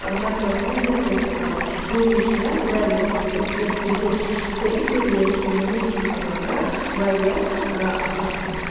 مےٚ پٔر سۄ نٮ۪صف کِتاب یمہِ نِش مےٚ واریاہ کینٛہہ تہِ ہیوٚچھ تہٕ اِسی لیے چھ مےٚ نہجُ البَلاغہ واریاہ پَسَنٛد